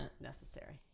necessary